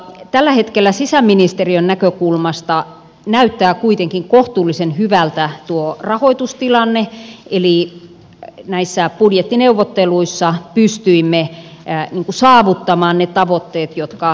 tällä hetkellä sisäministeriön näkökulmasta näyttää kuitenkin kohtuullisen hyvältä tuo rahoitustilanne eli näissä budjettineuvotteluissa pystyimme saavuttamaan ne tavoitteet jotka olimme asettaneet